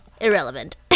Irrelevant